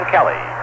Kelly